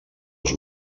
els